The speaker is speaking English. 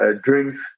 drinks